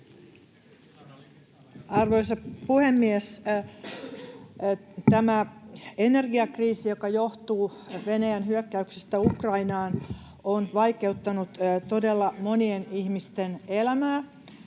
Arvoisa puhemies! Tämä energiakriisi, joka johtuu Venäjän hyökkäyksestä Ukrainaan, on vaikeuttanut todella monien ihmisten elämää.